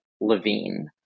Levine